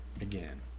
again